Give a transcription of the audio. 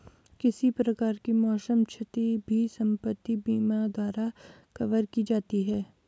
किसी प्रकार की मौसम क्षति भी संपत्ति बीमा द्वारा कवर की जाती है